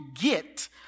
get